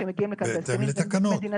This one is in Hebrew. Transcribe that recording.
שמגיעים לכאן בהסכמים בין מדינתיים.